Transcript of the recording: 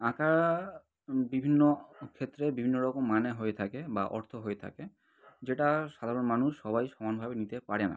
আঁকা বিভিন্ন ক্ষেত্রে বিভিন্ন রকম মানে হয়ে থাকে বা অর্থ হয়ে থাকে যেটা সাধারণ মানুষ সবাই সমানভাবে নিতে পারে না